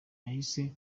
yahise